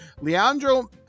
Leandro